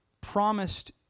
promised